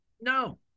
No